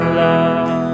love